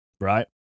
right